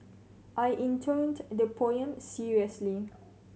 I intoned the poem seriously